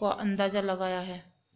का अंदाज़ा लगाया है